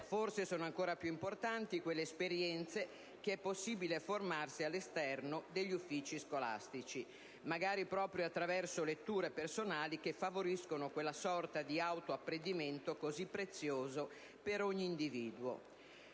Forse, sono ancora più importanti le esperienze che è possibile formarsi all'esterno degli istituti scolastici, magari proprio attraverso letture personali che favoriscono quella sorta di autoapprendimento così prezioso per ogni individuo.